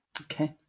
Okay